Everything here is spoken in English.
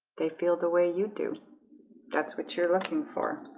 they feel the way you do that's what you're looking for